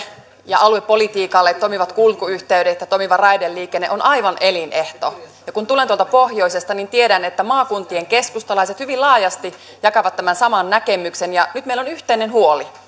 ja aluepolitiikalle toimivat kulkuyhteydet ja toimiva raideliikenne ovat aivan elin ehto kun tulen tuolta pohjoisesta niin tiedän että maakuntien keskustalaiset hyvin laajasti jakavat tämän saman näkemyksen nyt meillä on yhteinen huoli